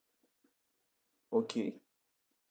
okay